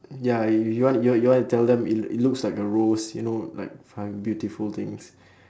ya you you want yo~ you want to tell them it it looks like a rose you know like fine beautiful things